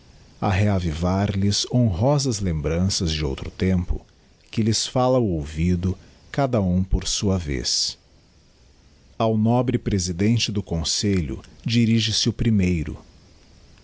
a reavivar lhes honrosas lembranças de outro tempo que lhes falia ao ouvido cada um por sua vez digiti zedby google ao nobre presidente do conselho dirige-se o primeiro